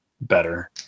better